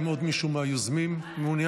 האם עוד מישהו מהיוזמים מעוניין?